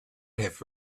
have